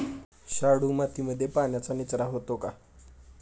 शाडू मातीमध्ये पाण्याचा निचरा होतो का?